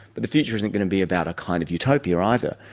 but the future isn't going to be about a kind of utopia either.